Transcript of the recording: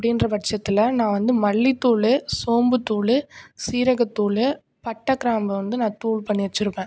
அப்படீன்ற பட்சத்தில் நான் வந்து மல்லித்தூள் சோம்புத்தூள் சீரகத்தூள் பட்டைக்கிராம்பு வந்து நான் தூள் பண்ணி வச்சுருப்பேன்